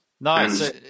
Nice